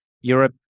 europe